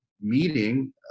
meeting